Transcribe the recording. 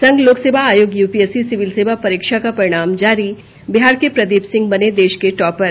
संघ लोकसेवा आयोग यूपीएससी सिविल सेवा परीक्षा का परिणाम जारी प्रदीप सिंह बने देश के टॉपर